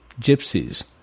Gypsies